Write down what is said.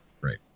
right